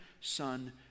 Son